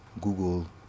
Google